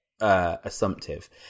assumptive